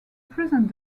present